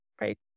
right